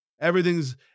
Everything's